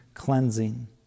cleansing